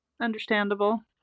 understandable